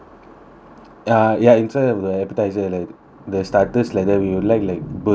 ah ya instead the appetiser like that the starters like that we would like like burgers